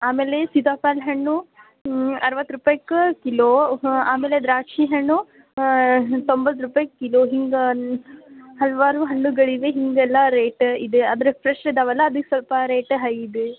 ಆಮೇಲೆ ಸೀತಾಫಲ ಹಣ್ಣು ಅರವತ್ತು ರುಪಾಯಿಗೆ ಕಿಲೋ ಆಮೇಲೆ ದ್ರಾಕ್ಷಿ ಹಣ್ಣು ತೊಂಬತ್ತು ರುಪಾಯಿ ಕಿಲೋ ಹಿಂಗೆ ಹಲ್ವಾರು ಹಣ್ಣುಗಳಿವೆ ಹೀಗೆಲ್ಲ ರೇಟ್ ಇದೆ ಆದರೆ ಫ್ರೆಶ್ ಇದಾವಲ್ಲ ಅದಕ್ಕೆ ಸ್ವಲ್ಪ ರೇಟ್ ಹೈ ಇದೆ